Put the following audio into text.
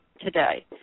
today